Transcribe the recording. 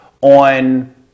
on